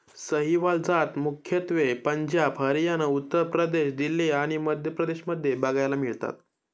सहीवाल जात मुख्यत्वे पंजाब, हरियाणा, उत्तर प्रदेश, दिल्ली आणि मध्य प्रदेश मध्ये बघायला मिळतात